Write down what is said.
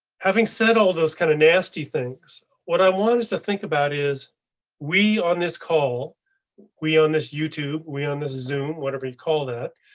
having said all those kind of nasty things, what i wanted to think about is we on this call we on this youtube we on this zoom whatever you call that.